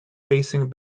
facing